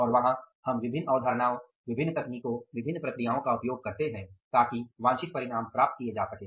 और वहां हम विभिन्न अवधारणाओं विभिन्न तकनीकों विभिन्न प्रक्रियाओं का उपयोग करते हैं ताकि वांछित परिणाम प्राप्त किए जा सकें